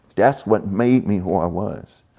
that's what made me who i was.